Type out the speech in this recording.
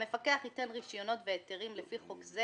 המפקח ייתן רישיונות והיתרים לפי חוק זה